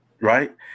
Right